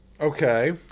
Okay